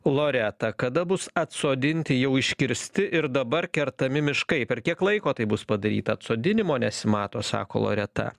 loreta kada bus atsodinti jau iškirsti ir dabar kertami miškai per kiek laiko tai bus padaryta atsodinimo nesimato sako loreta